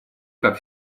как